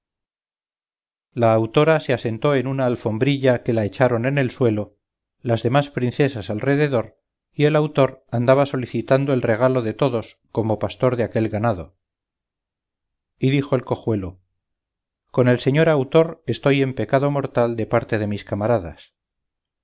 la autora se asentó en una alhombrilla que la echaron en el suelo las demás princesas alrededor y el autor andaba solicitando el regalo de todos como pastor de aquel ganado y dijo el cojuelo con el señor autor estoy en pecado mortal de parte de mis camaradas